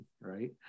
right